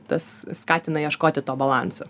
tas skatina ieškoti to balanso